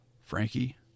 Frankie